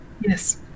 Yes